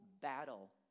battle